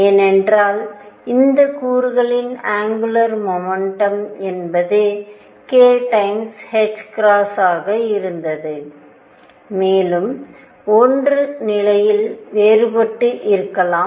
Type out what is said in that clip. ஏனென்றால் அந்த கூறுகளின் ஆங்குலர் முமெண்டம் என்பது k times ஆக இருந்ததுமேலும் 1 நிலையில் வேறுபட்டு இருக்கலாம்